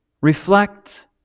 reflect